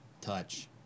touch